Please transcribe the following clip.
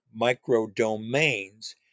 microdomains